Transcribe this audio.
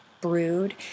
brewed